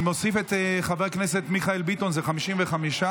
ואני מוסיף את חבר הכנסת מיכאל ביטון, זה 55,